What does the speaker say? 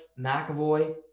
McAvoy